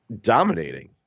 dominating